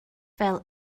fel